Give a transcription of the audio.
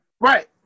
Right